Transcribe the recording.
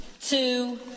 two